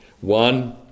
One